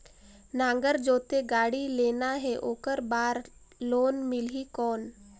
नागर जोते गाड़ी लेना हे ओकर बार लोन मिलही कौन?